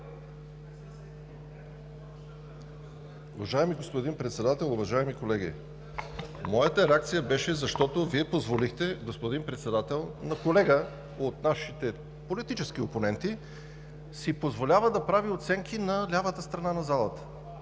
Уважаеми господин Председател, уважаеми колеги! Моята реакция беше, защото Вие позволихте, господин Председател – колега от нашите политически опоненти си позволява да прави оценки на лявата страна на залата